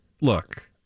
look